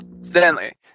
Stanley